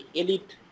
elite